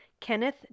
Kenneth